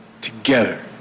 together